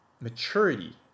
maturity